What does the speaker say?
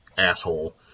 asshole